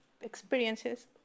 experiences